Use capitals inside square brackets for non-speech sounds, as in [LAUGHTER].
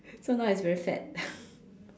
so now it's very fat [LAUGHS]